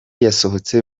yasohotse